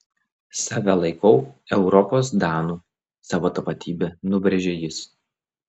save laikau europos danu savo tapatybę nubrėžė jis